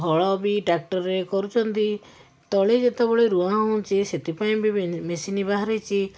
ହଳ ବି ଟ୍ରାକ୍ଟର୍ରେ କରୁଛନ୍ତି ତଳେ ଯେତେବେଳେ ରୁଆ ହେଉଛି ସେଥିପାଇଁ ବି ମେସିନ୍ ବାହାରିଛି